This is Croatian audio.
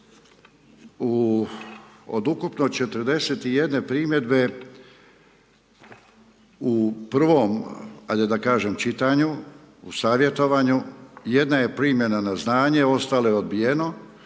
od ukupno 41 primjedbe u prvom ajde da kažem čitanju u savjetovanju, jedna je primljena na znanje ostale odbijeno,